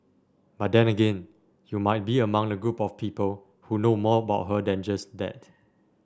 but then again you might be among the group of people who know more about her than just that